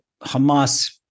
Hamas